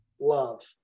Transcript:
love